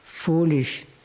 Foolish